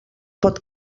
pot